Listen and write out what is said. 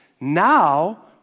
now